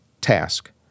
task